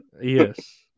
Yes